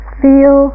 feel